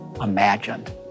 imagined